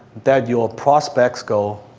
that your prospects go.